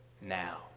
now